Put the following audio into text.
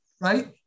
right